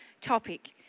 topic